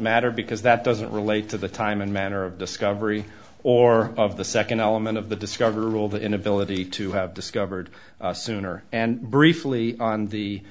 matter because that doesn't relate to the time and manner of discovery or of the second element of the discovery rule the inability to have discovered sooner and briefly on the